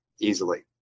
easily